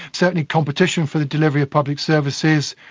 certainly competition for the delivery of public services,